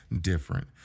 different